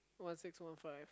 one six one five